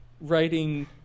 writing